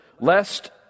lest